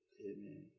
Amen